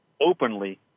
openly